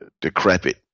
decrepit